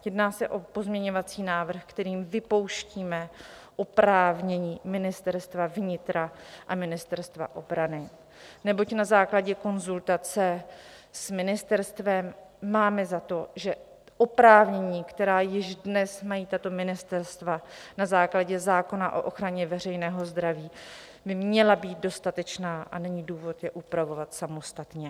Jedná se o pozměňovací návrh, kterým vypouštíme oprávnění Ministerstva vnitra a Ministerstva obrany, neboť na základě konzultace s ministerstvem máme za to, že oprávnění, která již dnes mají tato ministerstva na základě zákona o ochraně veřejného zdraví, by měla být dostatečná a není důvod je upravovat samostatně.